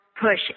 push